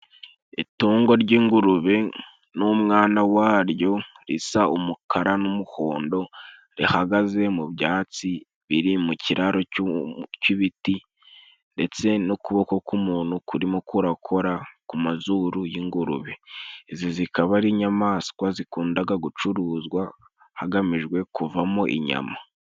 Itungo ry'ingurube n'umwana waryo risa umukara n'umuhondo rihagaze mu byatsi biri mu kiraro c'ibiti ndetse n'ukuboko k'umuntu kurimo kurakora ku mazuru y'ingurube. Izi zikaba ari inyamaswa zikundaga gucuruzwa hagamijwe kuvamo inyama.